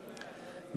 שקלים,